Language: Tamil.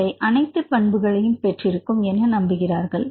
இவை அனைத்து பண்புகளையும் பெற்றிருக்கும் என நம்புகிறார்கள்